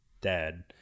dad